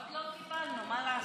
עוד לא קיבלנו, מה לעשות?